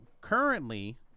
currently